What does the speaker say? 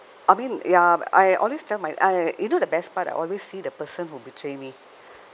I mean ya I always tell my I you know the best part I always see the person who betray me